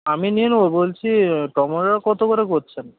আমি নিয়ে নেবো বলছি টমেটো কত করে করছেন